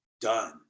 done